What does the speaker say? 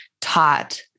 taught